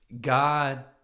God